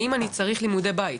על מנת לברר אם אני צריך לימודי בית.